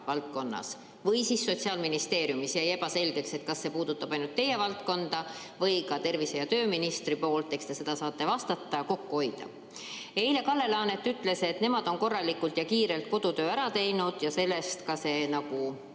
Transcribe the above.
või Sotsiaalministeeriumis – jäi ebaselgeks, kas see puudutab ainult teie valdkonda või ka tervise‑ ja tööministri poolt, eks te saate vastata – kokku hoida. Eile Kalle Laanet ütles, et nemad on korralikult ja kiirelt kodutöö ära teinud ja sellest ka see